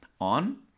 on